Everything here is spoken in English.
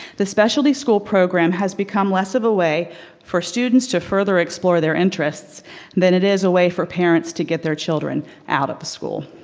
the specialty school program has become less of a way for students to further explore their interests than it is a way for parents to get their children out of the school.